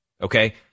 okay